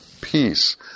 peace